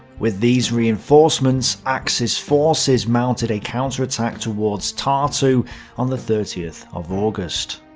with these reinforcements, axis forces mounted a counterattack towards tartu on the thirtieth of august.